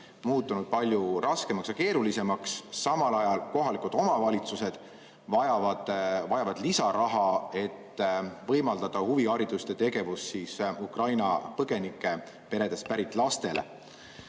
muutunud palju raskemaks ja keerulisemaks. Samal ajal vajavad kohalikud omavalitsused lisaraha, et võimaldada huviharidust ja ‑tegevust Ukraina põgenike peredest pärit lastele.